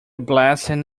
blessing